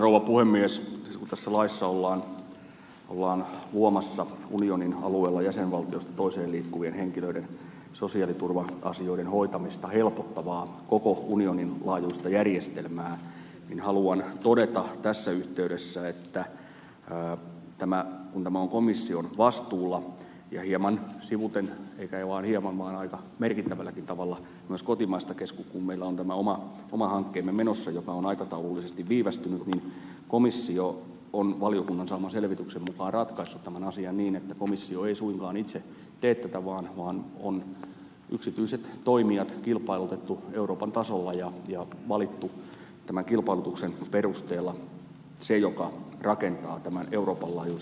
kun tässä laissa ollaan luomassa unionin alueella jäsenvaltiosta toiseen liikkuvien henkilöiden sosiaaliturva asioiden hoitamista helpottavaa koko unionin laajuista järjestelmää niin haluan todeta tässä yhteydessä että kun tämä on komission vastuulla ja hieman sivuten eikä vaan hieman vaan aika merkittävälläkin tavalla myös kotimaista keskustelua kun meillä on tämä oma hankkeemme menossa joka on aikataulullisesti viivästynyt niin komissio on valiokunnan saaman selvityksen mukaan ratkaissut tämän asian niin että komissio ei suinkaan itse tee tätä vaan on yksityiset toimijat kilpailutettu euroopan tasolla ja valittu tämän kilpailutuksen perusteella se joka rakentaa tämän euroopan laajuisen järjestelmän